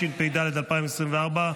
התשפ"ד 2024,